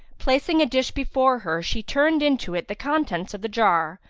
placing a dish before her she turned into it the contents of the jar,